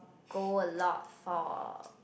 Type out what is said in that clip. go a lot for